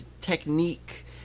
Technique